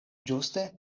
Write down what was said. ĝuste